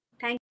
Thank